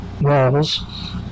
walls